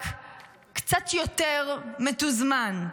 רק קצת יותר מתוזמן.